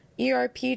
ERP